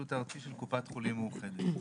קופת חולים מאוחדת.